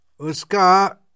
Uska